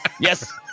Yes